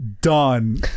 done